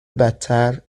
بدتر